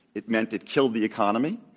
it meant it killed the economy.